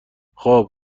خوب